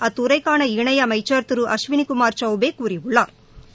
அத்துறைக்கான இணை அமைச்சா் திரு அஸ்வினிகுமாா் சௌபே கூறியுள்ளாா்